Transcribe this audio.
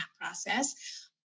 process